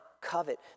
covet